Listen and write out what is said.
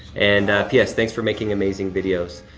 and p s, thanks for making amazing videos.